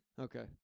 Okay